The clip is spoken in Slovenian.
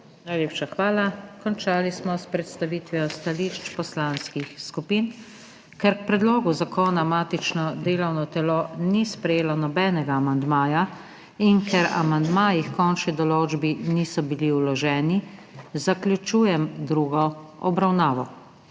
Najlepša hvala. Končali smo s predstavitvijo stališč poslanskih skupin. Ker k predlogu zakona matično delovno telo ni sprejelo nobenega amandmaja in ker amandmaji h končni določbi niso bili vloženi, zaključujem drugo obravnavo.